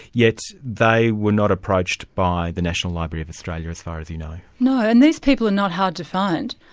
yet they were not approached by the national library of australia as far as you know? no, and these people are not hard to find,